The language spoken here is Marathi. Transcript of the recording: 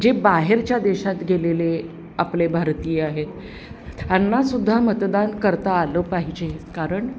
जे बाहेरच्या देशात गेलेले आपले भारतीय आहेत त्यांना सुद्धा मतदान करता आलं पाहिजे कारण